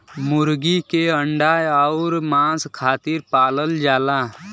मुरगी के अंडा अउर मांस खातिर पालल जाला